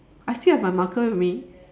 I still have my marker with me